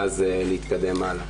ואז להתקדם הלאה.